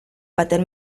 baten